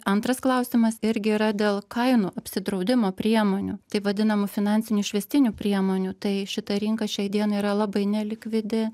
antras klausimas irgi yra dėl kainų apsidraudimo priemonių taip vadinamų finansinių išvestinių priemonių tai šita rinka šiai dienai yra labai nelikvidi